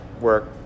work